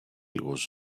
was